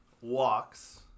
walks